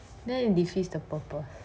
then it defeats the purpose